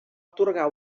atorgar